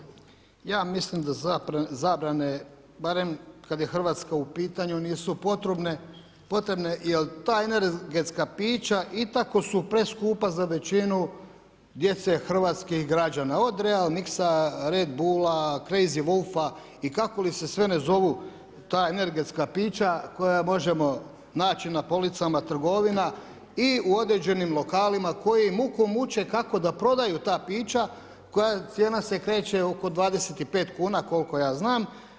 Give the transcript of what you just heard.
Kolega Karliću, ja mislim da zabrane barem kad je Hrvatska u pitanju nisu potrebne, jer ta energetska pića i tako su preskupa za većinu djece hrvatskih građana od real mixa, redbula, crazy volfa i kako li se sve ne zovu ta energetska pića koja možemo naći na policama trgovina i u određenim lokalima koji muku kuče kako da prodaju ta pića čija cijena se kreće oko 25 kuna koliko ja znam.